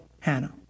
Hannah